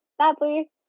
sadly